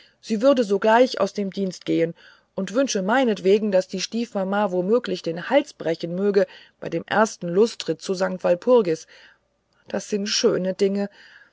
sie würde gleich aus dem dienst gehen und wünsche meinetwegen daß die stiefmama womöglich den hals brechen möge bei dem ersten lustritt zu st walpurgis das sind schöne dinge